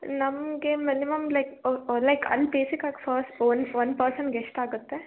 ನಮಗೆ minimum like like ಅಲ್ಲಿ ಬೇಸಿಕಾಗಿ ಫರ್ಸ್ ಒಂದ್ ಒಂದ್ ಪರ್ಸನ್ಗೆ ಎಷ್ಟಾಗುತ್ತೆ